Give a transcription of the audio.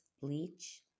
bleach